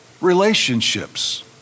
relationships